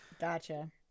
Gotcha